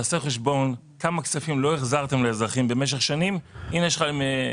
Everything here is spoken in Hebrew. תעשה חשבון כמה כספים לא החזרתם לאזרחים במשך שנים הנה יש לכם.